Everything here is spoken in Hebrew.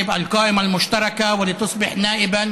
ספינת הרשימה המשותפת, וכדי להיות חבר הכנסת,